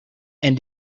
and